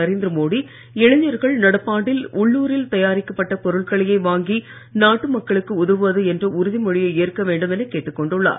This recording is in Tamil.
நரேந்திர மோடி இளைஞ்கள் நடப்பாண்டில் உள்ளுரில் தயாரிக்கப்பட்ட பொருட்களையே வாங்கி நாட்டு மக்களுக்கு உதவுவது என்ற உறுதிமொழியை ஏற்க வேண்டும் என கேட்டுக் கொண்டுள்ளார்